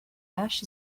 ash